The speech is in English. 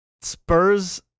Spurs